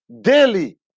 daily